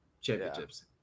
championships